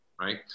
Right